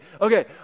Okay